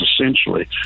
essentially